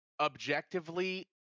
objectively